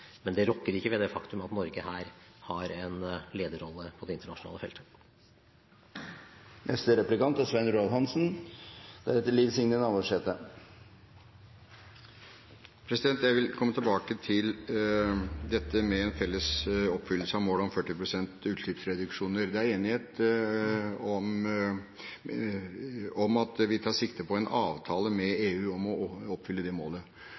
Men det rokker ikke ved det faktum at Norge her har en lederrolle på det internasjonale feltet. Jeg vil komme tilbake til dette med felles oppfyllelse av målet om 40 pst. utslippsreduksjoner. Det er enighet om at vi tar sikte på en avtale med EU om å oppfylle det målet.